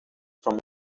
from